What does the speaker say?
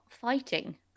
fighting